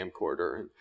camcorder